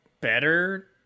better